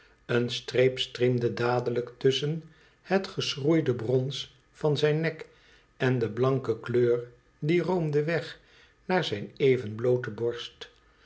een streep striemde dadelijk tusschen het geschroeide brons van zijn nek en de blankere kleur die roomde weg naar zijn even bloote borst